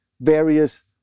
various